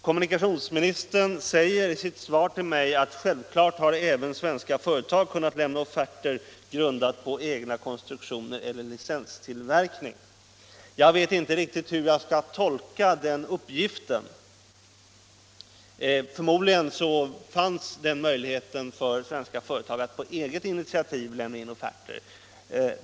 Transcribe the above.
Kommunikationsministern säger i sitt svar till mig att ”självfallet har även svenska företag kunnat lämna offerter grundade på egna konstruktioner eller licenstillverkning”. Jag vet inte riktigt hur jag skall tolka den uppgiften. Förmodligen fanns det möjlighet för svenska företag att på eget initiativ lämna in offerter.